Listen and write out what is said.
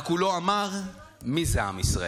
רק שהוא לא אמר מי זה עם ישראל.